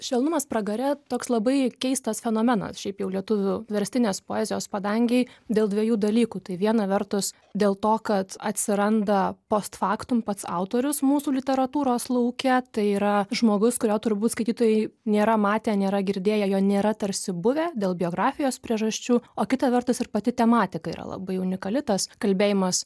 švelnumas pragare toks labai keistas fenomenas šiaip jau lietuvių verstinės poezijos padangėj dėl dviejų dalykų tai viena vertus dėl to kad atsiranda post faktum pats autorius mūsų literatūros lauke tai yra žmogus kurio turbūt skaitytojai nėra matę nėra girdėję jo nėra tarsi buvę dėl biografijos priežasčių o kita vertus ir pati tematika yra labai unikali tas kalbėjimas